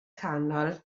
canol